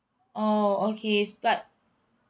oh okay but